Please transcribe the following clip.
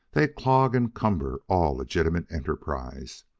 they clog and cumber all legitimate enterprise.